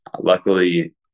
luckily-